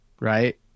right